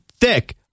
thick